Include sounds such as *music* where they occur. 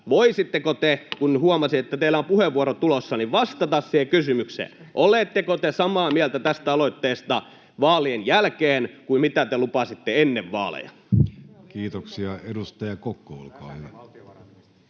koputtaa] kun huomasin, että teillä on puheenvuoro tulossa, vastata siihen kysymykseen: oletteko te *noise* tästä aloitteesta vaalien jälkeen samaa mieltä kuin mitä te lupasitte ennen vaaleja? Kiitoksia. — Edustaja Kokko, olkaa hyvä.